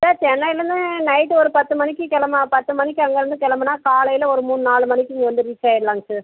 sir சென்னையிலேந்து night ஒரு பத்து மணிக்கு கிளம்புனா பத்து மணிக்கு அங்கேருந்து கிளம்புனா காலையில் ஒரு மூணு நாலு மணிக்கு இங்கே வந்து ரீச் ஆயிடலாங்க சார்